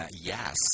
Yes